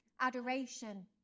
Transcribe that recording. Adoration